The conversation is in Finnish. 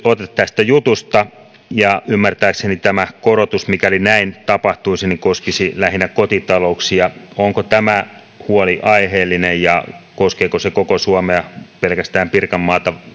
tästä jutusta ja ymmärtääkseni tämä korotus mikäli näin tapahtuisi koskisi lähinnä kotitalouksia onko tämä huoli aiheellinen ja koskeeko se koko suomea vai pelkästään pirkanmaata